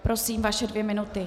Prosím, vaše dvě minuty.